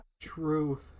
Truth